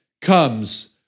comes